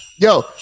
Yo